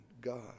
God